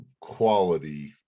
quality